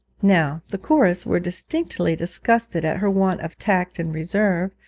now the chorus were distinctly disgusted at her want of tact and reserve,